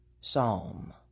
Psalm